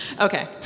Okay